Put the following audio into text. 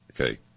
Okay